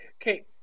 Okay